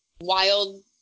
wild